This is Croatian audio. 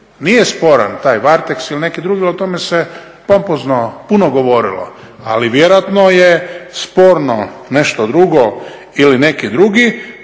nije sporan taj Varteks ili neki drugi, ali o tome se pompozno puno govorilo. Ali vjerojatno je sporno nešto drugo ili neki drugi